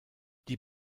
die